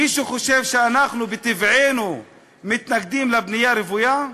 מישהו חושב שאנחנו בטבענו מתנגדים לבנייה רוויה?